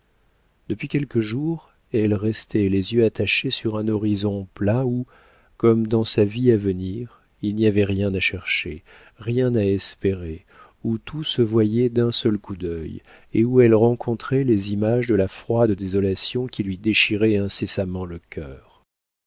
peut-être depuis quelques jours elle restait les yeux attachés sur un horizon plat où comme dans sa vie à venir il n'y avait rien à chercher rien à espérer où tout se voyait d'un seul coup d'œil et où elle rencontrait les images de la froide désolation qui lui déchirait incessamment le cœur